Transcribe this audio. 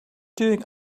doing